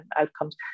outcomes